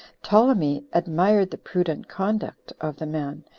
ptolemy admired the prudent conduct of the man,